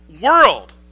world